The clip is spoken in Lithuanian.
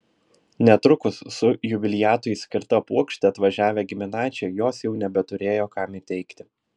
netrukus su jubiliatui skirta puokšte atvažiavę giminaičiai jos jau nebeturėjo kam įteikti